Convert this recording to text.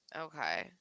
okay